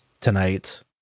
tonight